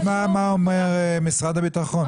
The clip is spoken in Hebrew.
בואו נשמע מה אומר משרד הביטחון.